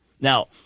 Now